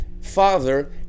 Father